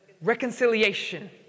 Reconciliation